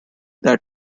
that